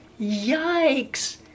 Yikes